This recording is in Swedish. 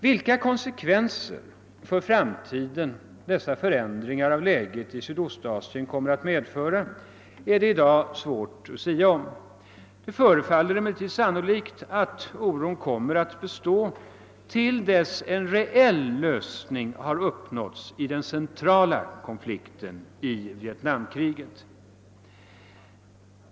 Vilka konsekvenser för framtiden dessa förändringar av läget i Sydostasien kommer att medföra är det i dag svårt att sia om. Det förefaller emellertid sannolikt, att oron kommer att bestå till dess en reell lösning har uppnåtts i den centrala konflikten — i Vietnamkriget.